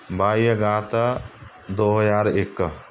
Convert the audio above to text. ਬਾਈ ਅਗਸਤ ਦੋ ਹਜ਼ਾਰ ਇੱਕ